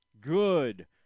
Good